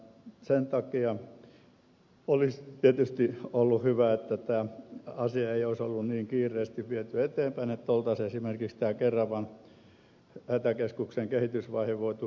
sen takia olisi tietysti ollut hyvä että tätä asiaa ei olisi niin kiireesti viety eteenpäin että oltaisiin esimerkiksi tämä keravan hätäkeskuksen kehitysvaihe voitu hyödyntää